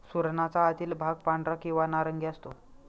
सुरणाचा आतील भाग पांढरा किंवा नारंगी असतो